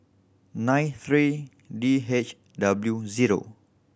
nine three D H W zero